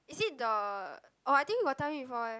is it the orh I think you got tell me before eh